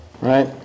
right